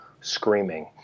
screaming